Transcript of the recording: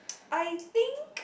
I think